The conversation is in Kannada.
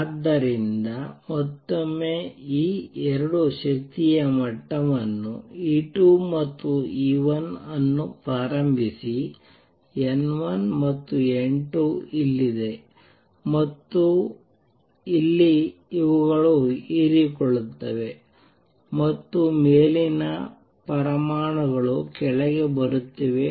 ಆದ್ದರಿಂದ ಮತ್ತೊಮ್ಮೆ ಈ 2 ಶಕ್ತಿಯ ಮಟ್ಟವನ್ನು E2 ಮತ್ತು E1 ಅನ್ನು ಪ್ರಾರಂಭಿಸಿ N1 ಮತ್ತು N2 ಇಲ್ಲಿದೆ ಮತ್ತು ಇಲ್ಲಿ ಇವುಗಳು ಹೀರಿಕೊಳ್ಳುತ್ತವೆ ಮತ್ತು ಮೇಲಿನ ಪರಮಾಣುಗಳು ಕೆಳಗೆ ಬರುತ್ತಿವೆ